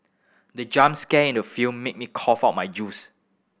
the jump scare in the film made me cough out my juice